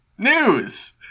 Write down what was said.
News